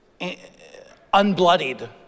unbloodied